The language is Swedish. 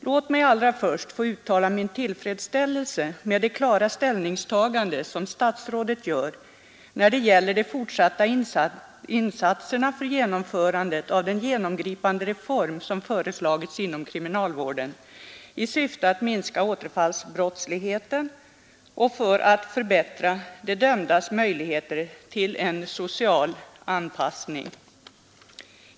Låt mig allra först få uttala min tillfredsställelse med det klara ställningstagande som statsrådet gör när det gäller de fortsatta insatserna för genomförandet av den genomgripande reform som föreslagits inom kriminalvården i syfte att minska återfallsbrottsligheten och för att förbättra de dömdas möjligheter till en social anpassning.